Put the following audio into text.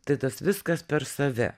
tai tas viskas per save